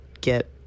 get